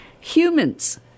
Humans